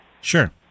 Sure